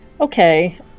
Okay